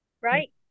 right